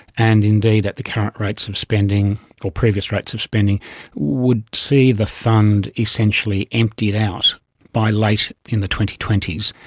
and indeed the current rates of spending or previous rates of spending would see the fund essentially emptied out by late in the twenty twenty s.